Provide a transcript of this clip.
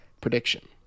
prediction